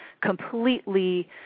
completely